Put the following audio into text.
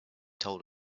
told